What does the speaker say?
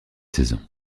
saison